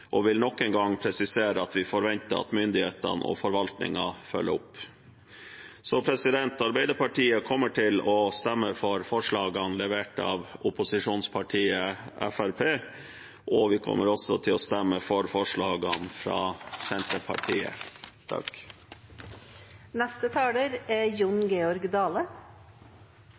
og beitenæringene, og vil nok en gang presisere at vi forventer at myndighetene og forvaltningen følger opp. Arbeiderpartiet kommer til å stemme for forslaget levert av opposisjonspartiet Fremskrittspartiet, og vi kommer også til å stemme for forslagene fra Senterpartiet.